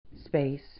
space